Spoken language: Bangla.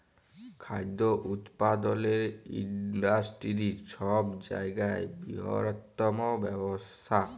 খাদ্য উৎপাদলের ইন্ডাস্টিরি ছব জায়গার বিরহত্তম ব্যবসা